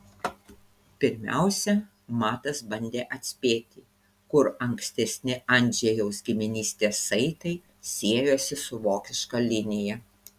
pirmiausia matas bandė atspėti kur ankstesni andžejaus giminystės saitai siejosi su vokiška linija